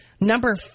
Number